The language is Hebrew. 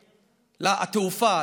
התעופה.